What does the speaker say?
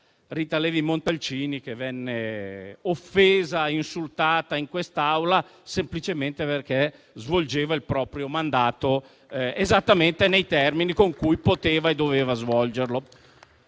Rita Levi Montalcini che venne offesa e insultata in quest'Aula semplicemente perché svolgeva il proprio mandato esattamente nei termini con cui poteva e doveva svolgerlo.